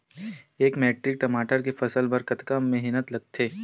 एक मैट्रिक टमाटर के फसल बर कतका मेहनती लगथे?